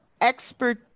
expert